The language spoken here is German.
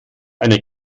eine